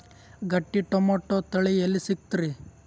ಗಟ್ಟಿ ಟೊಮೇಟೊ ತಳಿ ಎಲ್ಲಿ ಸಿಗ್ತರಿ?